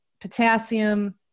potassium